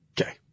Okay